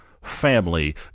Family